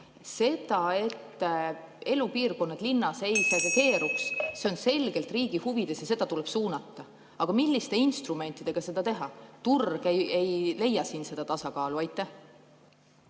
See, et elupiirkonnad linnas ei segregeeruks, on selgelt riigi huvides ja seda tuleb suunata. Aga milliste instrumentidega seda teha? Turg ei leia siin seda tasakaalu. Aitäh,